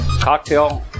Cocktail